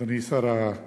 אדוני שר הבינוי,